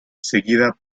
seguida